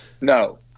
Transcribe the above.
No